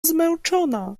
zmęczona